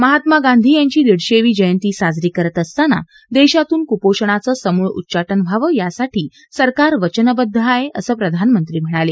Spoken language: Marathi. महात्मा गांधी यांची दीडशेवी जयंती साजरी करत असताना देशातून कुपोषणाचं समूळ उच्चाटन व्हावं यासाठी सरकार वचनबद्ध आहे असं प्रधानमंत्री म्हणाले